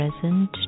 present